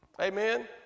Amen